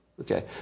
Okay